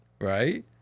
right